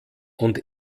und